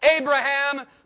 Abraham